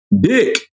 Dick